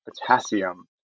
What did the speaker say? potassium